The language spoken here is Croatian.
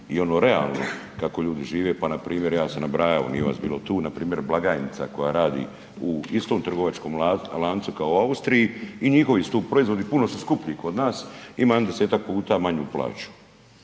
i ono realno kako ljudi žive. Pa npr. ja sam nabrajao, nije vas bilo tu, npr. blagajnica koja radi u istom trgovačkom lancu kao u Austriji i njihovi su tu proizvodi, puno su skuplji kod nas, ima jedno 10-ak puta manju plaću.